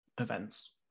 events